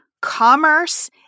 commerce